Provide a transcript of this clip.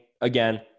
again